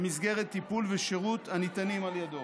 במסגרת טיפול ושירות הניתנים על ידו.